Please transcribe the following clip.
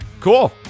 Cool